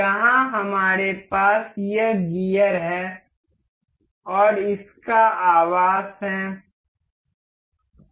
यहां हमारे पास यह गियर है और इसका आवास है